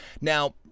Now